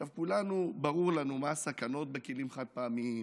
עכשיו, לכולנו ברור מה הסכנות בכלים חד-פעמיים,